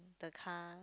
the car